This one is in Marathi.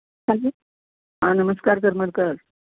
हॅलो हा नमस्कार करमरकर